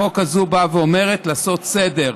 הצעת החוק הזו באה ואומרת: לעשות סדר.